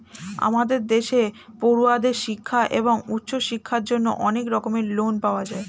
আমাদের দেশে পড়ুয়াদের শিক্ষা এবং উচ্চশিক্ষার জন্য অনেক রকমের লোন পাওয়া যায়